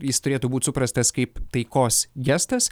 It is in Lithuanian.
jis turėtų būt suprastas kaip taikos gestas